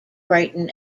brighton